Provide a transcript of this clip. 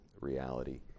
reality